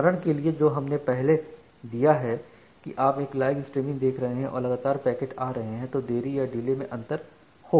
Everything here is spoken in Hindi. उदाहरण के लिए जो हमने पहले दिया है कि आप एक लाइव स्ट्रीमिंग देख रहे हैं और लगातार पैकेट आ रहे हैं तो देरी या डिले में अंतर होगा